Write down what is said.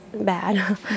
bad